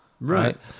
right